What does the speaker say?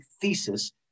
thesis